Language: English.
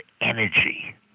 energy